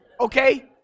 okay